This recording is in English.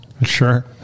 Sure